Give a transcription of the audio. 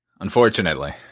Unfortunately